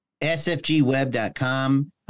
SFGweb.com